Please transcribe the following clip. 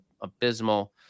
abysmal